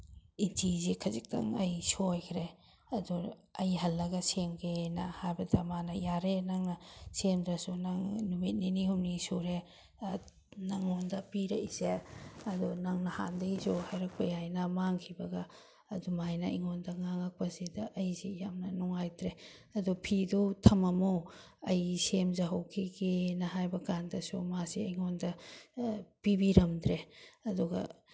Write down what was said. ꯏꯟꯆꯤꯁꯦ ꯈꯖꯤꯛꯇꯪ ꯑꯩ ꯁꯣꯏꯈ꯭ꯔꯦ ꯑꯗꯣ ꯑꯩ ꯍꯜꯂꯒ ꯁꯦꯝꯒꯦꯅ ꯍꯥꯏꯕꯗ ꯃꯥꯅ ꯌꯥꯔꯦ ꯅꯪꯅ ꯁꯦꯝꯗ꯭ꯔꯁꯨ ꯅꯪ ꯅꯨꯃꯤꯠ ꯅꯤꯅꯤ ꯍꯨꯝꯅꯤ ꯁꯨꯔꯦ ꯅꯪꯉꯣꯟꯗ ꯄꯤꯔꯛꯏꯁꯦ ꯑꯗꯣ ꯅꯪꯅ ꯍꯥꯟꯅꯗꯒꯤꯁꯨ ꯍꯥꯏꯔꯛꯄ ꯌꯥꯏꯅ ꯃꯥꯡꯈꯤꯕꯒ ꯑꯗꯨꯃꯥꯏꯅ ꯑꯩꯉꯣꯟꯗ ꯉꯥꯡꯉꯛꯄꯁꯤꯗ ꯑꯩꯁꯤ ꯌꯥꯝꯅ ꯅꯨꯡꯉꯥꯏꯇ꯭ꯔꯦ ꯑꯗꯨ ꯐꯤꯗꯨ ꯊꯃꯝꯃꯣ ꯑꯩ ꯁꯦꯝꯖꯍꯧꯈꯤꯒꯦꯅ ꯍꯥꯏꯕ ꯀꯥꯟꯗꯁꯨ ꯃꯥꯁꯦ ꯑꯩꯉꯣꯟꯗ ꯄꯤꯕꯤꯔꯝꯗ꯭ꯔꯦ ꯑꯗꯨꯒ